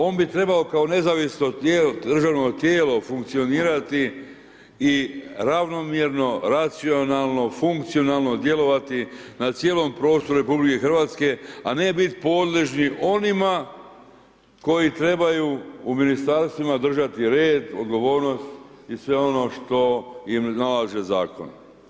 On bi trebao kao nezavisno državno tijelo funkcionirati i ravnomjerno racionalno, funkcionalno djelovati na cijelom prostoru Republike Hrvatske, a ne biti podložni onima koji trebaju u ministarstvima držati red, odgovornost i sve ono što im je naložio zakon.